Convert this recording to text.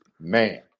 man